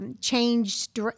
Changed